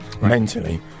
mentally